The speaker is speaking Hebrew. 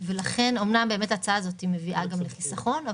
ולכן אמנם באמת ההצעה הזאת מביאה גם לחיסכון,